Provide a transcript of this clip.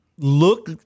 Look